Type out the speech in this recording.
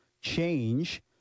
change